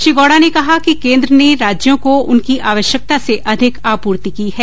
श्री गौडा ने कहा कि केन्द्र ने राज्यों को उनकी आवश्यकता से अधिक आपूर्ति की है